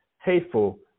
hateful